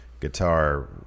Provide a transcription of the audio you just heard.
guitar